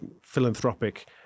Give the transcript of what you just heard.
philanthropic